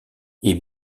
est